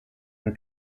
and